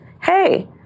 hey